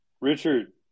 Richard